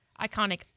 iconic